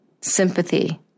sympathy